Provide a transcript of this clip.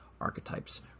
archetypes